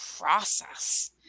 process